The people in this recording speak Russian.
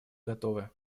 готовы